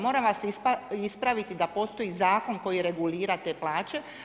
Moram vas ispraviti da postoji zakon koji regulira te plaće.